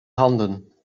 handen